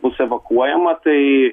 bus evakuojama tai